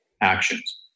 actions